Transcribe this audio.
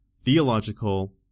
theological